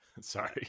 Sorry